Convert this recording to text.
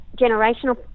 generational